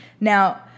Now